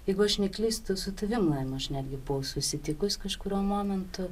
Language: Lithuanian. jeigu aš neklystu su tavim laima aš netgi buvau susitikus kažkuriuo momentu